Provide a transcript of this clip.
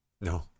No